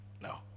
no